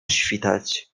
świtać